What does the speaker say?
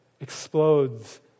explodes